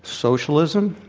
socialism?